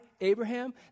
Abraham